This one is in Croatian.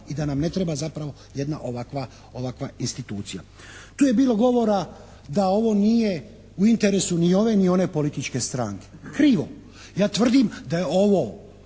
i da nam ne treba zapravo jedna ovakva institucija. Tu je bilo govora da ovo nije u interesu ni ove ni one političke stranke. Krivo. Ja tvrdim da je ovo